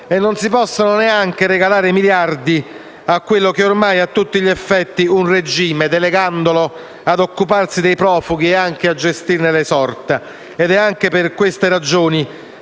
non si possono neanche regalare i miliardi a quello che è ormai, a tutti gli effetti, un regime, delegandolo a occuparsi dei profughi e a gestirne le sorti. È anche per queste ragioni